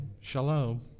Shalom